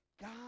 God